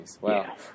Wow